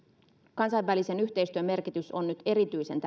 kansainvälisen yhteistyön merkitys on nyt erityisen